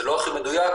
זה לא הכי מדויק.